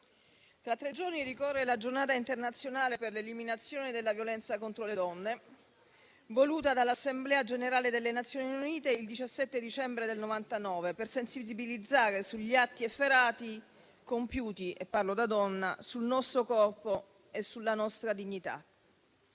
tra tre giorni ricorre la Giornata internazionale per l'eliminazione della violenza contro le donne, voluta dall'Assemblea generale delle Nazioni Unite il 17 dicembre 1999, per sensibilizzare sugli atti efferati compiuti - e parlo da donna - sul nostro corpo e sulla nostra dignità.